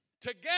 Together